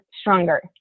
stronger